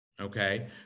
Okay